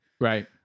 Right